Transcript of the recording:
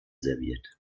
serviert